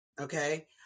Okay